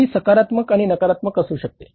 हे दोन्ही सकारात्मक आणि नकारात्मक असू शकते